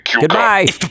Goodbye